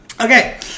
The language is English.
Okay